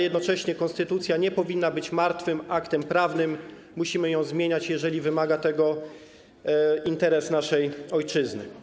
Jednocześnie konstytucja nie powinna być martwym aktem prawnym, musimy ją zmieniać, jeżeli wymaga tego interes naszej ojczyzny.